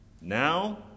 Now